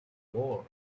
war